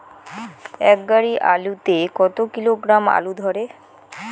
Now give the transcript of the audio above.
এক গাড়ি আলু তে কত কিলোগ্রাম আলু ধরে?